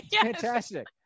Fantastic